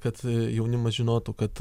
kad jaunimas žinotų kad